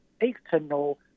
external